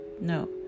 No